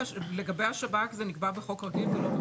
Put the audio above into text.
לגבי השב"כ זה נקבע בחוק רגיל ולא בחוק יסוד.